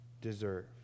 deserve